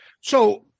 So-